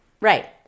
Right